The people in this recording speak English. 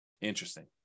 Interesting